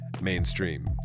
mainstream